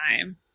time